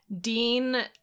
Dean